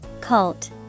Cult